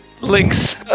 links